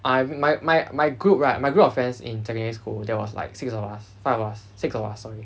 um my my my group right my group of friends in secondary school that was like six of us five of us six of us sorry